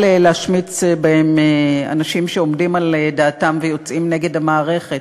להשמיץ בהן אנשים שעומדים על דעתם ויוצאים נגד המערכת.